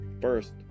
First